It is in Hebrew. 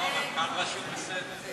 כאן רשום בסדר.